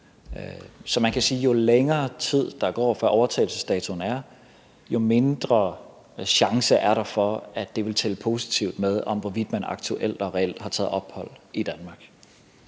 Så man kan sige, at jo længere tid, der går før overtagelsesdatoen, jo mindre chance er der for, at det vil tælle positivt med, i forhold til hvorvidt man aktuelt og reelt har taget ophold i Danmark.